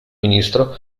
ministro